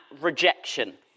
rejection